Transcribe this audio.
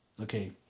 Okay